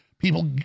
People